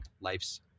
life's